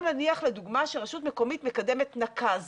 גם לדוגמא שרשות מקומית מקדמת נקז